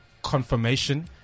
Confirmation